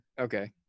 Okay